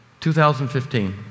2015